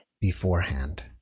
beforehand